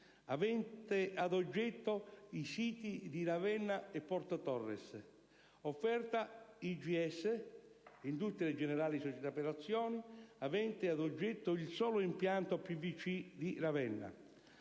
avente ad oggetto i siti di Ravenna e Porto Torres; offerta IGS-industrie generali spa, avente ad oggetto il solo impianto PVC di Ravenna.